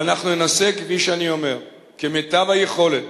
ואנחנו ננסה, כפי שאני אומר, כמיטב היכולת,